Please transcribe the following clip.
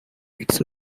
its